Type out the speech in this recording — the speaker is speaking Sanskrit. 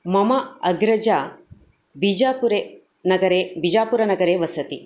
मम अग्रजा बिजापुरे नगरे बिजापुरनगरे वसति